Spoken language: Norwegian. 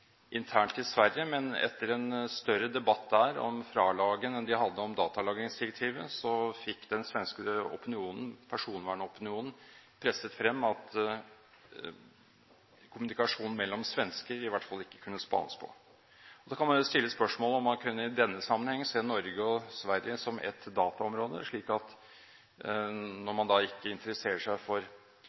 internt i Sverige, men etter en større debatt om FRA-loven enn den de hadde om datalagringsdirektivet, fikk den svenske personvernopinionen presset frem at kommunikasjon mellom svensker i hvert fall ikke skulle kunne spanes på. Da kan man jo stille spørsmålet om man i denne sammenhengen kunne se på Norge og Sverige som ett dataområde, slik at man, når man ikke interesserer seg for